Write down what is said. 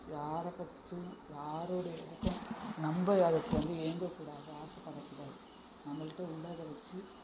யாரைப் பற்றியும் யாருடைய நம்ப ஏங்கக் கூடாது ஆசைப்படக்கூடாது நம்மள்கிட்ட உள்ளதை வைச்சு